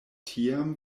tiam